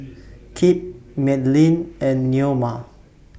Kip Madelynn and Neoma